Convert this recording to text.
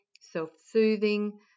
self-soothing